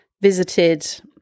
visited